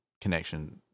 connection